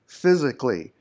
physically